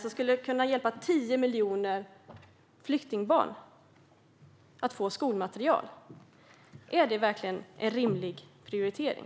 Dessa pengar skulle kunna hjälpa 10 miljoner flyktingbarn att få skolmaterial. Är det här verkligen en rimlig prioritering?